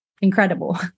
incredible